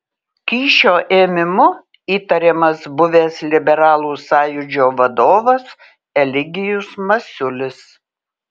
kyšio ėmimu įtariamas buvęs liberalų sąjūdžio vadovas eligijus masiulis